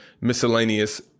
miscellaneous